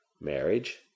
Marriage